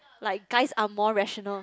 like guys are more rational